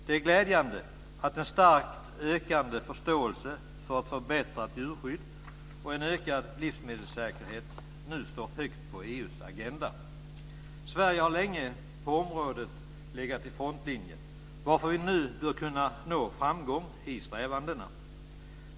Det är glädjande att en starkt ökande förståelse för ett förbättrat djurskydd och en ökad livsmedelssäkerhet nu står högt på EU:s agenda. Sverige har länge legat i frontlinjen på området, varför vi nu bör kunna nå framgång i strävandena.